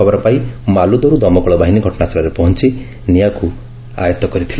ଖବର ପାଇ ମାଲୁଦରୁ ଦମକଳ ବାହିନୀ ଘଟଶାସ୍ଛଳରେ ପହଞ୍ ନିଆଁକୁ ଆୟତ୍ତ କରିଥିଲା